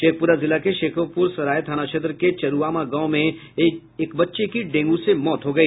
शेखप्रा जिला के शेखोप्रसराय थाना क्षेत्र के चरुआमा गांव में एक बच्चे की डेंगू से मौत हो गई